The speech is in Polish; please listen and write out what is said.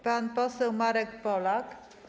Pan poseł Marek Polak.